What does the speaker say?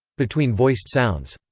between voiced sounds.